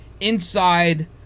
inside